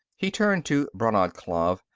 he turned to brannad klav.